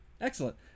Excellent